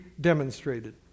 demonstrated